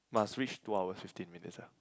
must reach two hour fifteen minutes ah